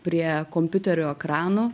prie kompiuterių ekranų